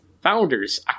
Founders